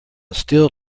still